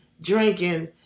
Drinking